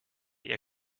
ihr